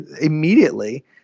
immediately